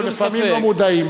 אנחנו לפעמים לא מודעים,